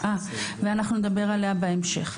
ואנחנו נדבר עליה בהמשך.